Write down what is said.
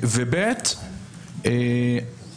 והשני זה